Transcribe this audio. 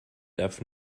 darf